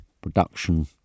production